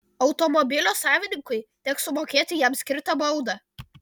automobilio savininkui teks sumokėti jam skirtą baudą